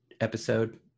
episode